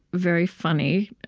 very funny.